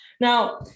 Now